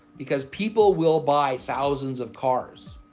because people will buy thousands of cars,